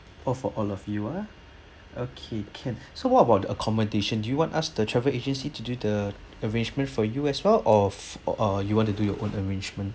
orh for all of you ah okay can so what about the accommodation do you want us the travel agency to do the arrangement for you as well or ah you want to do your own arrangement